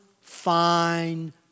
fine